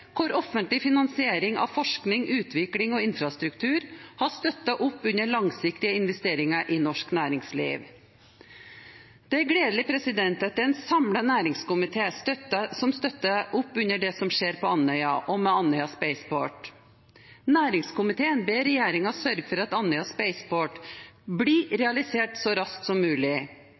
hvor offentlig finansiering av forskning, utvikling og infrastruktur har støttet opp under langsiktige investeringer i norsk næringsliv. Det er gledelig at en samlet næringskomité støtter opp under det som skjer på Andøya og med Andøya Spaceport. Næringskomiteen ber regjeringen sørge for at Andøya Spaceport blir realisert så raskt som mulig.